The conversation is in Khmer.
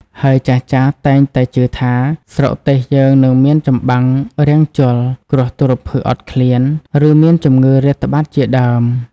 ហើយចាស់ៗតែងតែជឿថា ស្រុកទេសយើងនឹងមានចម្បាំងរាំងជល់ គ្រោះទុរ្ភិក្សអត់ឃ្លាន ឬមានជំងឺរាតត្បាតជាដើម។